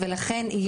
לכן,